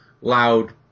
loud